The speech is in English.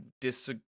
disagree